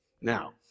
Now